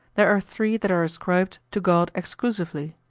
there are three that are ascribed to god exclusively,